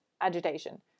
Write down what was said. agitation